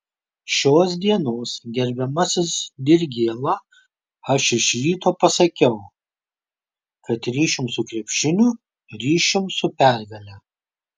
šios dienos gerbiamasis dirgėla aš iš ryto pasakiau kad ryšium su krepšiniu ryšium su pergale